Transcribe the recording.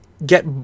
get